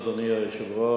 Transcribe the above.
ברשות אדוני היושב-ראש,